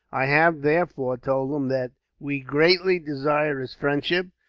i have, therefore, told him that we greatly desire his friendship,